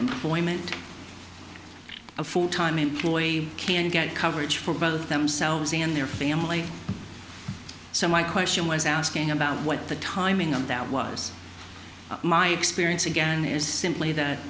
employment a full time employee can get coverage for both themselves and their family so my question was asking about what the timing on that was my experience again is simply that